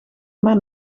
maar